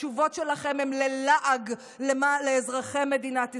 התשובות שלכם הם לעג לאזרחי מדינת ישראל,